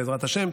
בעזרת השם.